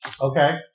Okay